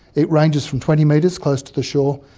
it ranges from twenty metres close to the shore,